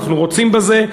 אנחנו רוצים בזה.